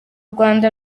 rwanda